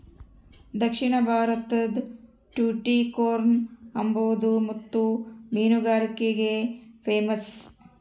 ದಕ್ಷಿಣ ಭಾರತುದ್ ಟುಟಿಕೋರ್ನ್ ಅಂಬಾದು ಮುತ್ತು ಮೀನುಗಾರಿಕ್ಗೆ ಪೇಮಸ್ಸು